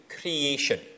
creation